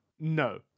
no